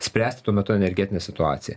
spręsti tuo metu energetinę situaciją